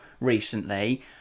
recently